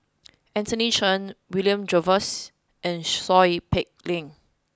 Anthony Chen William Jervois and Seow Peck Leng